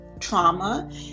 trauma